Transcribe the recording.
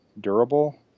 durable